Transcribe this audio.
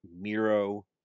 Miro